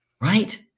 Right